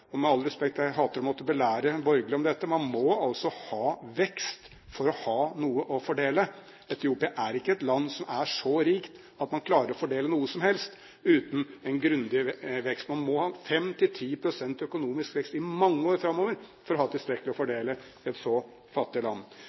Og med all respekt – jeg hater å måtte belære borgerlige om dette: Man må altså ha vekst for å ha noe å fordele. Etiopia er ikke et land som er så rikt at man klarer å fordele noe som helst uten en grundig vekst. Man må ha 5–10 pst. økonomisk vekst i mange år framover for å ha tilstrekkelig å fordele i et så fattig land.